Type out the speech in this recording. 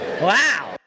wow